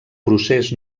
procés